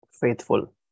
Faithful